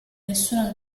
nessuna